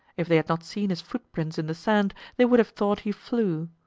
if they had not seen his footprints in the sand they would have thought he flew.